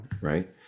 Right